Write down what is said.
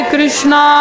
Krishna